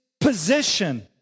position